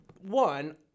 one